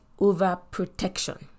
overprotection